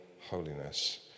holiness